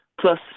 plus